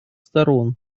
сторон